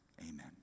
Amen